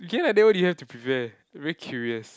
okay lah then what do you have to prepare I very curious